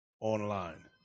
online